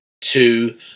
Two